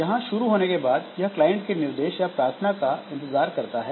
यहां शुरू होने के बाद यह क्लाइंट के निर्देश या प्रार्थना का इंतजार करता है